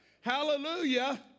Hallelujah